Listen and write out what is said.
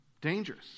Dangerous